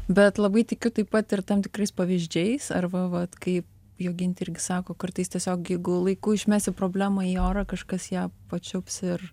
bet labai tikiu taip pat ir tam tikrais pavyzdžiais arba vat kai jogintė irgi sako kartais tiesiog jeigu laiku išmesi problemą į orą kažkas ją pačiups ir